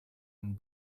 and